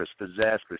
disastrous